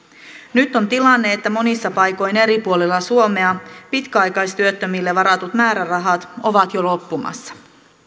nyt on tilanne että monissa paikoin eri puolilla suomea pitkäaikaistyöttömille varatut määrärahat ovat jo loppumassa